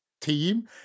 team